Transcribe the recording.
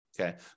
Okay